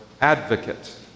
advocate